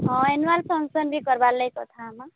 ହଁ annual function ବି କର୍ବା ଲାଗି କଥା ହମାଁ